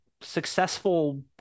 successful